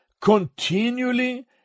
continually